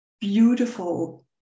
beautiful